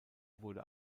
wurde